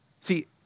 See